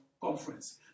Conference